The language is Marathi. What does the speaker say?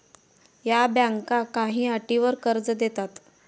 या बँका काही अटींवर कर्ज देतात